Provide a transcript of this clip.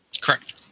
Correct